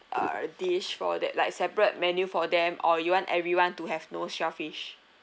err dish for that like separate menu for them or you want everyone to have no shellfish